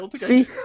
See